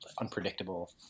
unpredictable